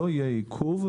לא יהיה עיכוב,